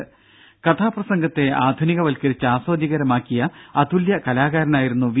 ദേദ കഥാപ്രസംഗത്തെ ആധുനികവത്ക്കരിച്ച് ആസ്വാദ്യകരമാക്കിയ അതുല്യ കലാകാരനായിരുന്നു വി